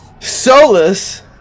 Solus